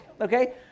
Okay